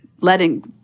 letting